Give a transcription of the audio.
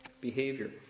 behavior